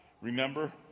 remember